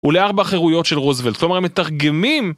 ולארבע חירויות של רוזוולט, כלומר הם מתרגמים